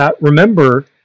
Remember